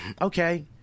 okay